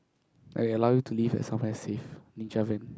I allow to leave at somewhere safe Ninja Van